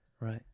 right